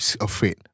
afraid